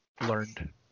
learned